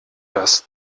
das